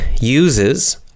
uses